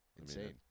insane